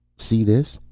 see this?